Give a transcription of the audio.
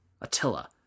Attila